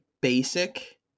basic